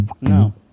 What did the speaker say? no